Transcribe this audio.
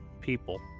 people